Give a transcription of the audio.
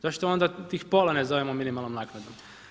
Zašto onda tih pola ne zovemo minimalnom naknadom?